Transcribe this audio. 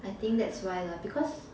I think that's why lah because